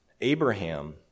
Abraham